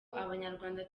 abanyarwanda